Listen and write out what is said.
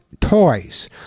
toys